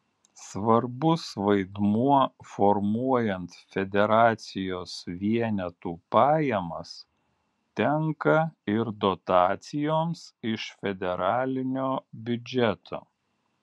svarbus vaidmuo formuojant federacijos vienetų pajamas tenka ir dotacijoms iš federalinio biudžeto